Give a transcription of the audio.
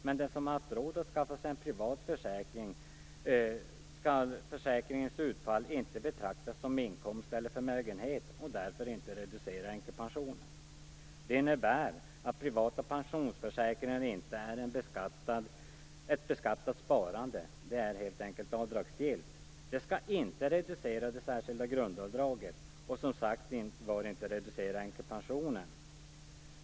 Men för dem som har haft råd att skaffa sig en privat försäkring skulle försäkringens utfall inte betraktas som inkomst eller förmögenhet och därför inte reducera änkepensionen. Det skulle innebära att privata pensionsförsäkringar inte skulle vara ett beskattat sparande. Det skulle helt enkelt vara avdragsgillt. Det skulle inte reducera det särskilda grundavdraget. Och det skulle, som sagt var, inte reducera änkepensionen.